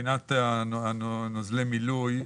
מבחינת נוזלי מילוי,